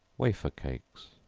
wafer cakes.